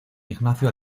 ignacio